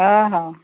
ହଁ ହଁ